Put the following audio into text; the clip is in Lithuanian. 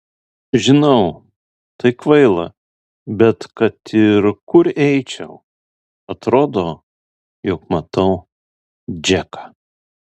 žinau tai kvaila bet kad ir kur eičiau atrodo jog matau džeką